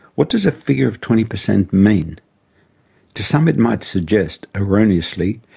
what does a figure of twenty percent mean to some it might suggest, erroneously,